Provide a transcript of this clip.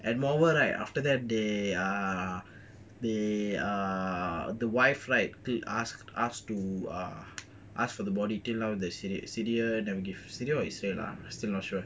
and moreover right after that they are they are the wife right they ask us to ah asked for the body till now the syr~ syria never give syria or israel lah still not sure